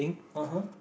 (uh huh)